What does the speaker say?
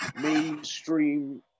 mainstream